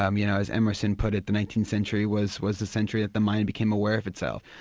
um you know as emerson put it, the nineteenth century was was the century that the mind became aware of itself.